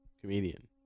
comedian